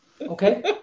Okay